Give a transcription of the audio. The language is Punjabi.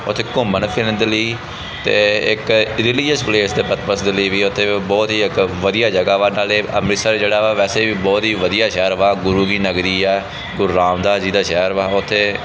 ਓਥੇ ਘੁੰਮਣ ਫਿਰਨ ਦੇ ਲਈ ਅਤੇ ਇੱਕ ਰਿਲੀਜੀਅਸ ਪਲੇਸ ਦੇ ਪਰਪਸ ਦੇ ਲਈ ਵੀ ਓਥੇ ਬਹੁਤ ਹੀ ਇਕ ਵਧੀਆ ਜਗ੍ਹਾ ਵਾ ਨਾਲੇ ਅੰਮ੍ਰਿਤਸਰ ਜਿਹੜਾ ਵਾ ਵੈਸੇ ਵੀ ਬਹੁਤ ਹੀ ਵਧੀਆ ਸ਼ਹਿਰ ਵਾ ਗੁਰੂ ਦੀ ਨਗਰੀ ਆ ਗੁਰੂ ਰਾਮਦਾਸ ਜੀ ਦਾ ਸ਼ਹਿਰ ਵਾ ਓਥੇ